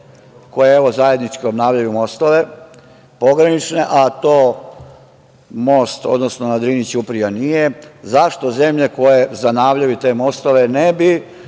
koje, evo, zajednički obnavljaju mostove pogranične, a to most, odnosno na Drini ćuprija nije. Zašto zemlje koje zanavljaju te mostove ne bi